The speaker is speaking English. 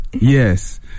yes